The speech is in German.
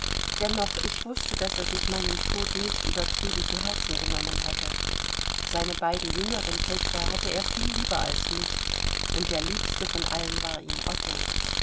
dennoch ich wußte daß er sich meinen tod nicht übertrieben zu herzen genommen hätte seine beiden jüngeren töchter hatte er viel lieber als mich und der liebste von allen war ihm otto